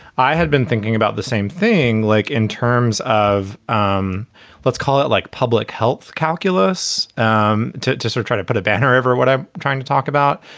i had been thinking about the same thing, like in terms of um let's call it like public health calculus. um just we're try to put a banner over what i'm trying to talk about.